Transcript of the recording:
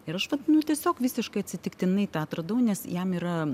ir aš vat nu tiesiog visiškai atsitiktinai tą atradau nes jam yra